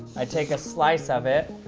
i take a slice of it.